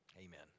Amen